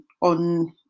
on